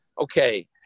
okay